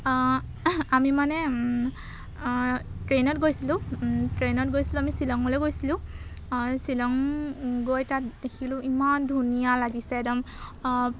আমি মানে ট্ৰেইনত গৈছিলোঁ ট্ৰেইনত গৈছিলোঁ আমি শ্বিলঙলৈ গৈছিলোঁ শ্বিলং গৈ তাত দেখিলোঁ ইমান ধুনীয়া লাগিছে একদম